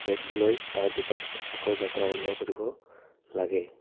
rest লৈ তাৰপিছত আকৌ যাত্ৰা আৰম্ভ কৰিব লাগে